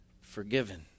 Forgiven